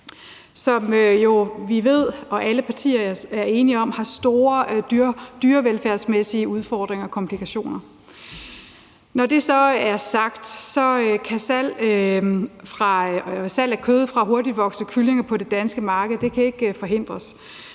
som vi jo ved og alle partier er enige om har store dyrevelfærdsmæssige udfordringer og komplikationer. Når det så er sagt, kan salg af kød fra hurtigtvoksende kyllinger på det danske marked ikke forhindres